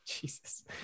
jesus